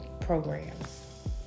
programs